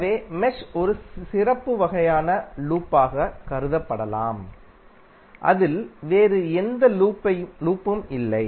எனவே மெஷ் ஒரு சிறப்பு வகையான லூப் ஆக கருதப்படலாம் அதில் வேறு எந்த லூப்பும் இல்லை